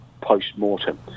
post-mortem